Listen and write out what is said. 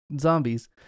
zombies